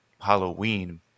Halloween